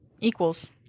Equals